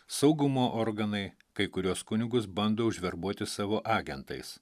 saugumo organai kai kuriuos kunigus bando užverbuoti savo agentais